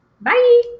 Bye